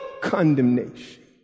condemnation